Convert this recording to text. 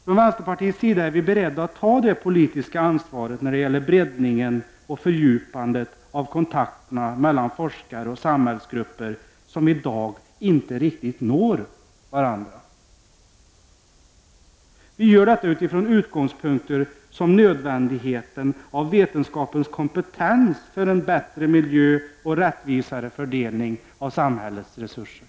Från vänsterpartiets sida är vi beredda att ta det politiska ansvaret när det gäller breddningen och fördjupandet av kontakterna mellan forskare och samhällsgrupper som i dag inte riktigt når varandra. Vi gör detta utifrån utgångspunkter som nödvändigheten av vetenskapens kompetens för en bättre miljö och rättvisare fördelning av samhällets resurser.